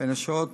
בין השעות